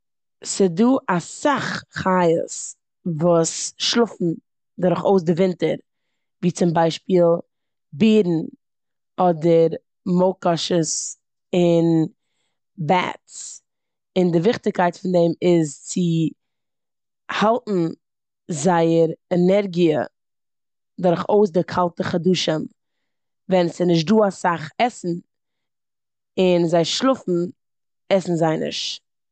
ס'דא אסאך חיות וואס שלאפן דורכאויס די ווינטער, ווי צום ביישפיל בערן אדער מויקאשעס און בעטס. און די וויכטיגקייט פון דעם איז צו האלטן זייער ענערגיע דורכאויס די קאלטע חדשים ווען ס'נישט דא אסאך עסן, און זיי שלאפן עסן זיי נישט.